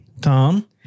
tom